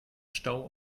stau